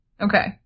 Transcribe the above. Okay